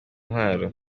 intwaro